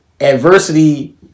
adversity